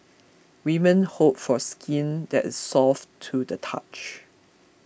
women hope for skin that is soft to the touch